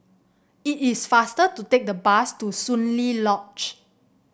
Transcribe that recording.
it is faster to take the bus to Soon Lee Lodge